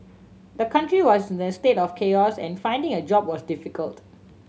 the country was in a state of chaos and finding a job was difficult